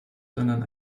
sondern